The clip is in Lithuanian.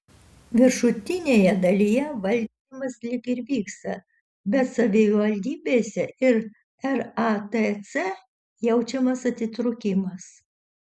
viršutinėje dalyje valdymas lyg ir vyksta bet savivaldybėse ir ratc jaučiamas atitrūkimas